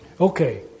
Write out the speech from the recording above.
Okay